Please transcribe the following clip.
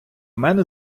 мене